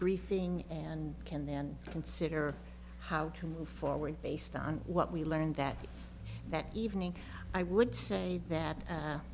briefing and can then consider how to move forward based on what we learned that that evening i would say that